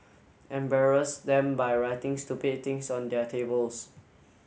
embarrass them by writing stupid things on their tables